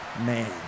man